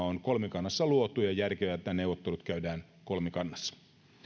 on kolmikannassa luotu ja on järkevää että ne neuvottelut käydään kolmikannassa